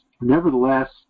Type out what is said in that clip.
Nevertheless